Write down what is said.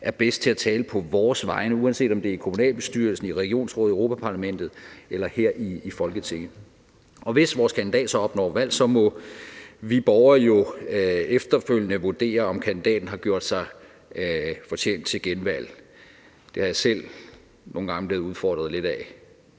er bedst til at tale på vores vegne, uanset om det er i kommunalbestyrelsen, regionsrådet, Europa-Parlamentet eller her i Folketinget. Og hvis vores kandidat opnår valg, må vi borgere jo efterfølgende vurdere, om kandidaten har gjort sig fortjent til genvalg – ja, det er jeg selv nogle gange blevet udfordret lidt af.